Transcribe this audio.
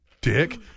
Dick